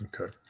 Okay